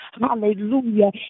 Hallelujah